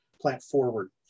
plant-forward